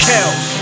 Kills